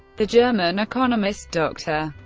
the german economist dr.